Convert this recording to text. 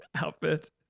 outfit